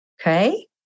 Okay